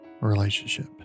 relationship